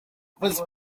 was